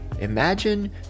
Imagine